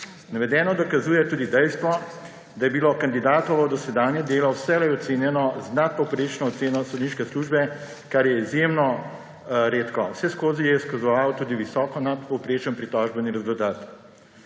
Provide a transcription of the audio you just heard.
Navedeno dokazuje tudi dejstvo, da je bilo kandidatovo dosedanje delo vselej ocenjeno z nadpovprečno oceno sodniške službe, kar je izjemno redko. Vseskozi je izkazoval tudi visoko nadpovprečen pritožbeni rezultat.